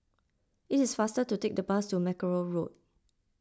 it is faster to take the bus to Mackerrow Road